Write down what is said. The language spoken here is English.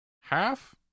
half